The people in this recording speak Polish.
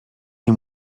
nie